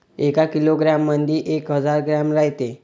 एका किलोग्रॅम मंधी एक हजार ग्रॅम रायते